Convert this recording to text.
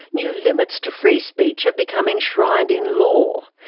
new limits to free speech have become enshrined in law.